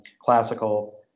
classical